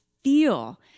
feel